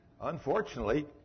Unfortunately